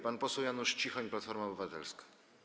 Pan poseł Janusz Cichoń, Platforma Obywatelska.